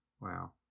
Wow